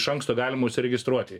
iš anksto galima užsiregistruoti